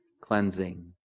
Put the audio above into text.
cleansing